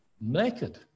naked